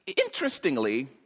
interestingly